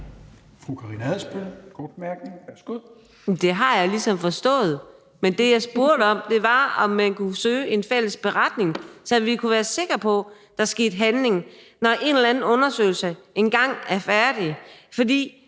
Det har jeg ligesom forstået, men det, jeg spurgte om, var, om man kunne forsøge at lave en fælles beretning, så vi kan være sikre på, at der bliver handlet, når en eller anden undersøgelse engang er færdig. For